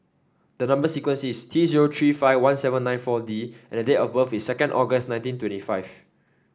the number sequence is T zero three five one seven nine four D and date of birth is second August nineteen twenty five